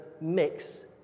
mix